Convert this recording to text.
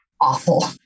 awful